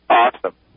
awesome